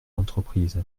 l’entreprise